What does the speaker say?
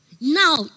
now